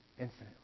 infinitely